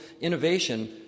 innovation